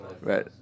right